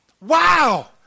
Wow